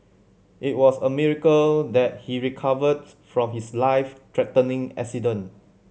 it was a miracle that he recovered from his life threatening accident